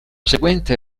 seguente